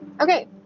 okay